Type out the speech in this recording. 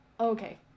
Okay